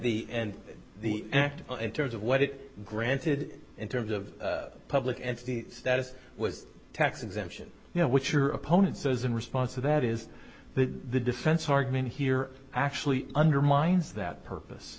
the and the act in terms of what it granted in terms of public entity status was tax exemption you know what your opponent says in response to that is the defense argument here actually undermines that purpose